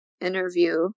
interview